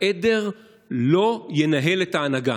העדר לא ינהל את ההנהגה.